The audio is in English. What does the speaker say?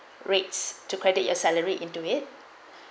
rates to credit your salary into it